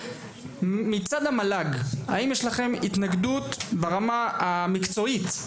המל"ג, האם יש לכם התנגדות ברמה המקצועית?